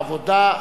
העבודה,